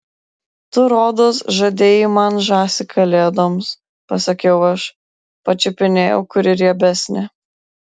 tu rodos žadėjai man žąsį kalėdoms pasakiau aš pačiupinėjau kuri riebesnė